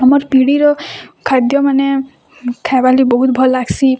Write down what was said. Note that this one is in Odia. ଆମର ପିଢ଼ିର ଖାଦ୍ୟମାନେ ଖାଇବାର୍ ଲାଗି ବହୁତ ଭଲ୍ ଲାଗ୍ସି